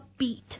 Upbeat